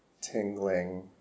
tingling